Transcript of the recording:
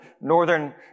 northern